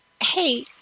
Hey